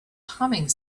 humming